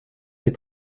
ses